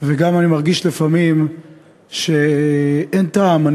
אני מרגיש לפעמים שאין טעם,